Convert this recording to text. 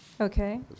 Okay